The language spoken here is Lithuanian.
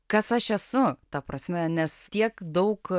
kas aš esu ta prasme nes tiek daug